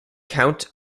count